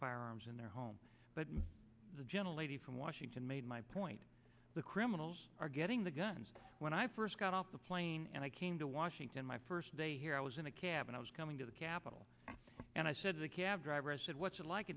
firearms in their home but the gentle lady from washington made my point the criminals are getting the guns when i first got off the plane and i came to washington my first day here i was in a cab and i was coming to the capital and i said the cab driver said what's it like